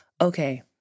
okay